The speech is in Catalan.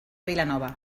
vilanova